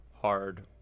hard